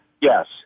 Yes